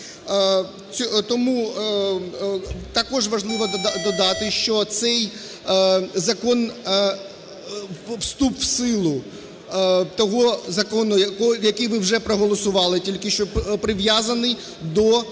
Тому також важливо додати, що цей закон… вступ у силу того закону, який ви вже проголосували тільки що, прив'язаний до